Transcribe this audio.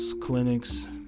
clinics